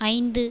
ஐந்து